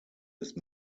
ist